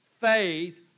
faith